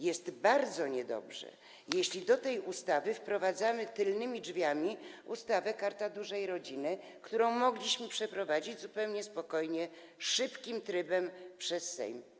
Jest bardzo niedobrze, jeśli do tej ustawy wprowadzamy tylnymi drzwiami ustawę Karta Dużej Rodziny, którą mogliśmy przeprowadzić zupełnie spokojnie, szybkim trybem przez Sejm.